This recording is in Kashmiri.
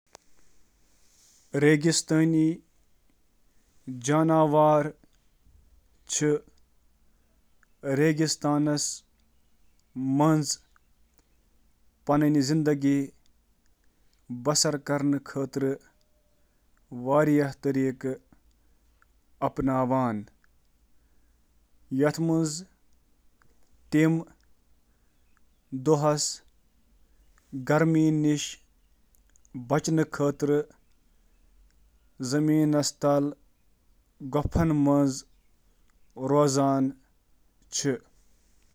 ریگستانی جانورو چِھ انتہٲئی حالاتن منٛز زندٕ روزنہٕ خٲطرٕ واریاہ موافقت تیار کٔرمژ، یتھ منٛز شٲمل: